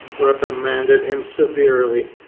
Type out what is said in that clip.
reprimanded him severely,